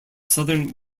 southern